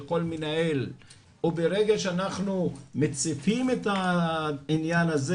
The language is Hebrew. לכל מנהל וברגע שאנחנו מציפים את העניין הזה